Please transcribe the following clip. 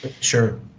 Sure